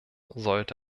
sollte